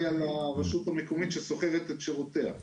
אפילו על הרשות המקומית ששוכרת את שירותיה.